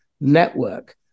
network